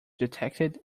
detected